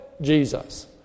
Jesus